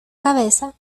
cabeza